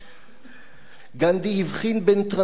גנדי הבחין בין טרנספר מרצון,